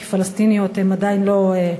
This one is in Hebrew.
כי פלסטיניות עדיין לא,